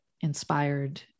inspired